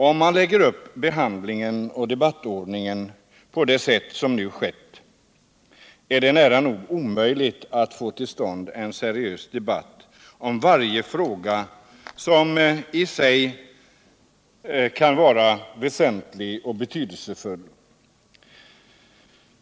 Om man lägger upp behandlingen och debattordningen på det sätt som nu skett, är det nära nog omöjligt att få till stånd en seriös debatt om varje fråga som i sig kan vara väsentlig.